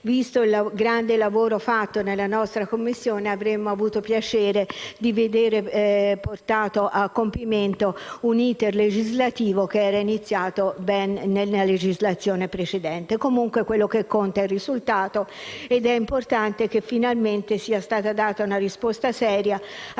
visto il grande lavoro fatto nella nostra Commissione, avremmo avuto piacere di vedere portato a compimento un *iter* legislativo che era iniziato nella legislazione precedente. Quello che conta però è il risultato. È importante che finalmente sia stata data una risposta seria a